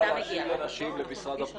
אין שום סמכות לצבא להשאיל אנשים למשרד הבריאות.